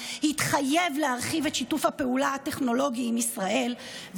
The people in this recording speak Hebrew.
יתחייב להרחיב את שיתוף הפעולה הטכנולוגי עם ישראל,